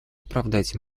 оправдать